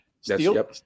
steel